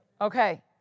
Okay